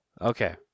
Okay